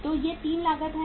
तो ये 3 लागत हैं